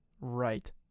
right